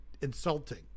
insulting